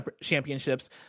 championships